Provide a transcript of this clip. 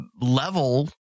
level